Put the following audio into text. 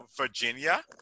Virginia